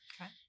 Okay